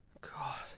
God